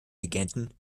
legenden